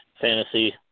Fantasy